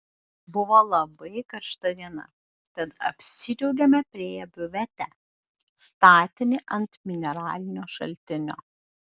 buvo labai karšta diena tad apsidžiaugėme priėję biuvetę statinį ant mineralinio šaltinio